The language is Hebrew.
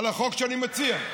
על החוק שאני מציע.